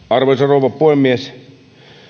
arvoisa rouva puhemies